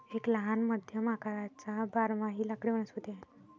एक लहान मध्यम आकाराचा बारमाही लाकडी वनस्पती आहे